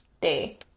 day